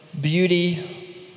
beauty